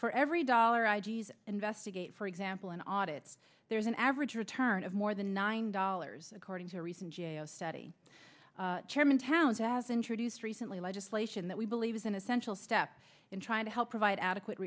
for every dollar i d s investigate for example an audit there's an average return of more than nine dollars according to recent g a o study chairman towns as introduced recently legislation that we believe is an essential step in trying to help provide adequate